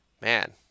Man